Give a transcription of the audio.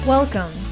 Welcome